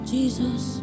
Jesus